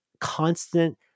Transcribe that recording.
constant